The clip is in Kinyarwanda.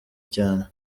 cyane